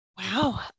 Wow